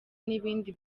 n’ibindi